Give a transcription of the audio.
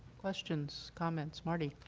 questions, comments? marty?